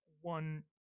one